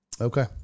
Okay